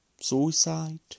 Suicide